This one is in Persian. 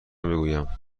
بگویم